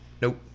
nope